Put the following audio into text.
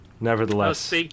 Nevertheless